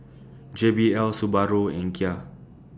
J B L Subaru and Ikea